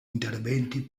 interventi